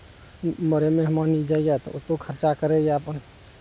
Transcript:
मरे मेहमानी जाइया तऽ ओतौ खर्चा करैया अपन